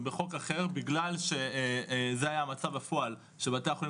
הן בחוק אחר בגלל שזה היה המצב בפועל שבתי החולים